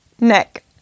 Neck